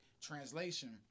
Translation